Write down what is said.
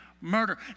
murder